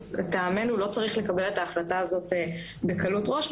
לטעמנו, לא צריך לקבל את ההחלטה הזו בקלות ראש.